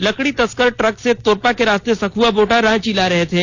लकड़ी तस्कर ट्रक से तोरपा के रास्ते सखुआ बोटा रांची ला रहे थे